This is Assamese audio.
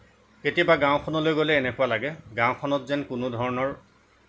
কেতিয়াবা গাঁওখনলৈ গ'লে এনেকুৱা লাগে গাঁওখনত যেন কোনো ধৰণৰ